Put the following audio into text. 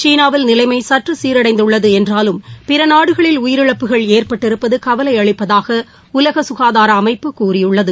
சீனாவில் நிலைமை சற்று சீரடைந்துள்ளது என்றாலும் பிற நாடுகளில் உயிரிழப்புகள் ஏற்பட்டிருப்பது கவலை அளிப்பதாக உலக சுகாதார அமைப்பு கூறியுள்ளது